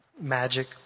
magic